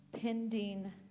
pending